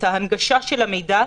את ההנגשה של המידע,